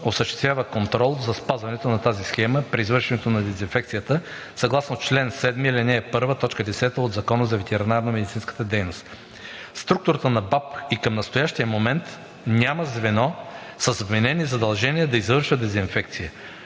осъществява контрол за спазването на тази схема при извършването на дезинфекцията съгласно чл. 7, ал. 1, т. 10 от Закона за ветеринарно-медицинската дейност. В структурата на БАБХ и към настоящия момент няма звено с вменени задължения да извършва дезинфекция.